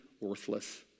worthless